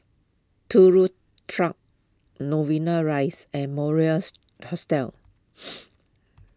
Turut Track Novena Rise and Moris Hostel